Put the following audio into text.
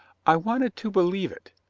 i wanted to believe it,